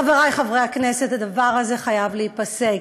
חברי חברי הכנסת, הדבר הזה חייב להיפסק,